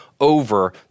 over